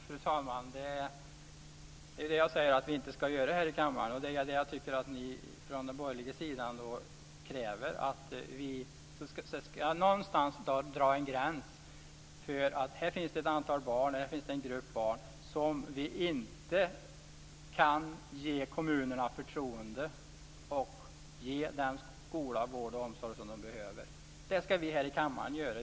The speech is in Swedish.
Fru talman! Det är det som jag säger att vi inte ska göra här i kammaren men som jag tycker att ni gör från den borgerliga sidan. Ni kräver att vi ska dra en gräns vid en viss grupp av barn för vilka vi inte kan överlämna förtroendet till kommunerna att ge skola, vård och omsorg. Det ska i stället vi här i kammaren göra.